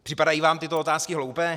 Připadají vám tyto otázky hloupé?